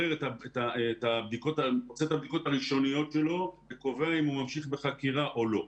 עושה את הבדיקות הראשוניות שלו וקובע אם הוא ממשיך בחקירה או לא.